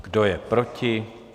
Kdo je proti?